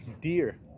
Deer